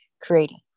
creating